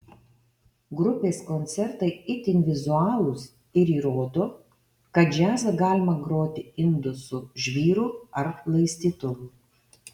grupės koncertai itin vizualūs ir įrodo kad džiazą galima groti indu su žvyru ar laistytuvu